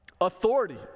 Authority